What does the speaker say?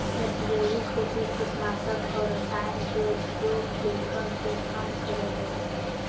जैविक खेती कीटनाशक और रसायन के उपयोग के कम से कम करय हइ